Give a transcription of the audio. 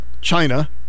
China